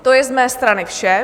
To je z mé strany vše.